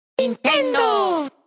Nintendo